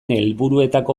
helburuetako